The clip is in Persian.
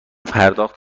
پرداخت